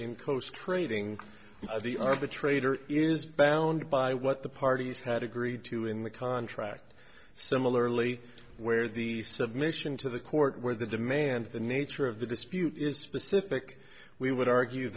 in close crating the arbitrator is bound by what the parties had agreed to in the contract similarly where the submission to the court where the demand the nature of the dispute is specific we would argue